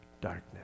darkness